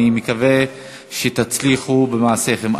ואני מקווה שתצליחו במעשיכם,